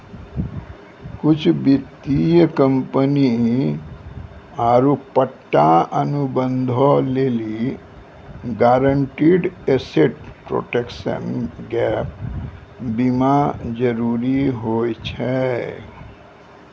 कुछु वित्तीय कंपनी आरु पट्टा अनुबंधो लेली गारंटीड एसेट प्रोटेक्शन गैप बीमा जरुरी होय छै